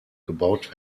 gebaut